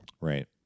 right